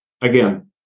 again